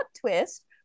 Twist